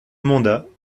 mandat